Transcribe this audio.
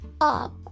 up